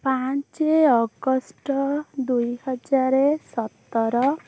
ପାଞ୍ଚ ଅଗଷ୍ଟ ଦୁଇହଜାର ସତର